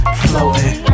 floating